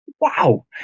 Wow